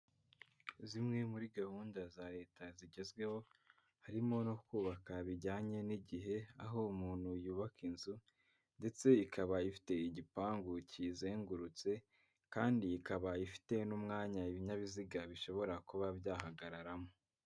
Zimwe muri gahunda za leta zigezweho harimo no kubaka bijyanye n'igihe, aho umuntu yubaka inzu ndetse ikaba ifite igipangu kiyizengurutse, kandi akaba afite n'umwanya ibinyabiziga bishobora kuba byahagararamo.